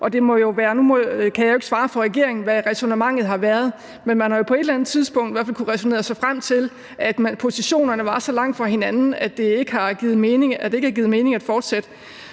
Nu kan jeg ikke svare for regeringen, i forhold til hvad ræsonnementet har været, men man har jo på et eller andet tidspunkt i hvert fald kunnet ræsonnere sig frem til, at positionerne var så langt fra hinanden, at det ikke gav mening at fortsætte.